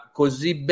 così